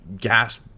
gas